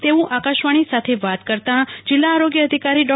તેવુ આકાશવાણી સાથે વાત કરતા જિલ્લા આરોગ્ય અધિકારી ડો